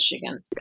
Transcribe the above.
Michigan